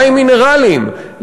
מים מינרליים,